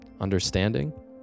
understanding